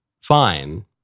fine